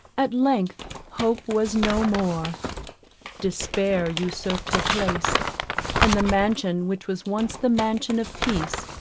at length hope was no more despair usurped her place and the mansion which was once the mansion of peace,